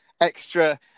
extra